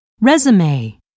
Resume